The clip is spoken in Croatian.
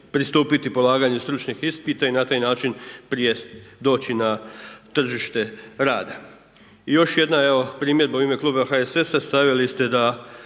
pristupiti polaganju stručnih ispita i na taj način prijest doći na tržište rada. I još jedna evo primjedba u ime Kluba HSS-a, stavili ste da